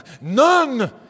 none